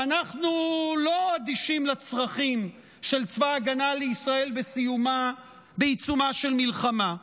ואנחנו לא אדישים לצרכים של צבא ההגנה לישראל בעיצומה של מלחמה.